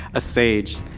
a sage!